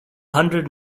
hundred